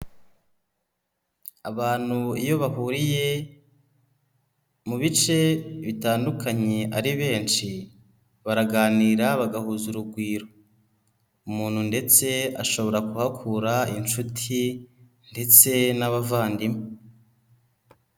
Abantu iyo bahuriye mu bice bitandukanye ari benshi baraganira bagahuza urugwiro, umuntu ndetse ashobora kuhakura inshuti ndetse n'abavandimwe.